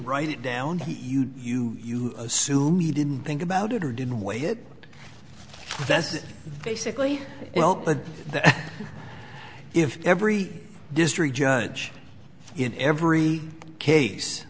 write it down he you you you assume he didn't think about it or didn't weigh it that's it basically but if every district judge in every case